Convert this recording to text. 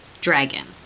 dragon